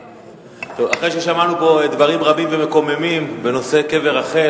אחרי ששמענו פה דברים רבים ומקוממים בנושא קבר רחל,